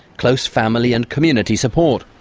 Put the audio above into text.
close family and community support.